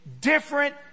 different